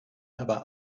aber